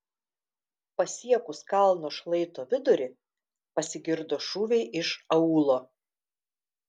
pasiekus kalno šlaito vidurį pasigirdo šūviai iš aūlo